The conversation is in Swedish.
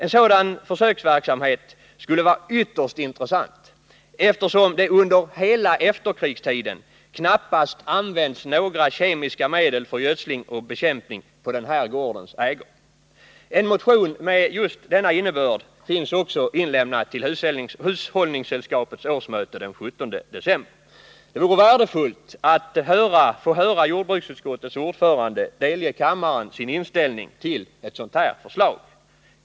En sådan försöksverksamhet skulle vara ytterst intressant, eftersom det under hela efterkrigstiden knappast har använts några kemiska medel för gödsling eller bekämpning på den här gårdens ägor. En motion med denna innebörd finns också inlämnad till hushållningssällskapets årsmöte den 17 december. Det vore värdefullt att få höra jordbruksutskottets ordförande delge kammaren sin inställning till det här förslaget.